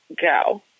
Go